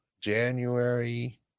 January